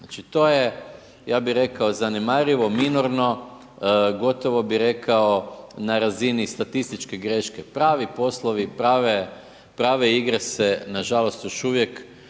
Znači to je ja bi rekao, zanemarivo, minorno, gotovo bi rekao, na razini statističke greške. Pravi poslovi, prave igre se nažalost još uvijek